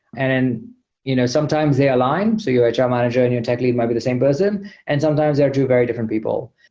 and and you know sometimes they align. so your hr manager and your tech lead might be the same person and sometimes they are two very different people.